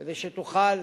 כדי שתוכל